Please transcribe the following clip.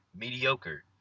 Mediocre